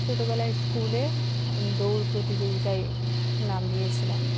ছোটোবেলায় স্কুলে দৌড় প্রতিযোগিতায় নাম দিয়েছিলাম